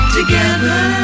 Together